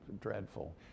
dreadful